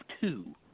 two